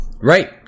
right